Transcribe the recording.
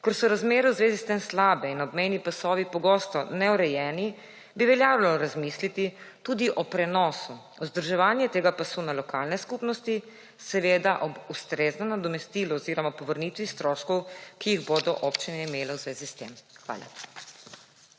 Ker so razmere v zvezi s tem slabe in obmejni pasovi pogosto neurejeni, bi veljalo razmisliti tudi o prenosu. Vzdrževanje tega pasu na lokalne skupnosti, seveda ob ustreznem nadomestilu oziroma povrnitvi stroškov, ki jih bodo občine imele v zvezi s tem. Hvala.